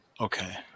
okay